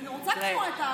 אני רוצה לשמוע את,